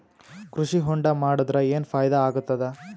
ಕೃಷಿ ಹೊಂಡಾ ಮಾಡದರ ಏನ್ ಫಾಯಿದಾ ಆಗತದ?